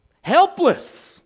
helpless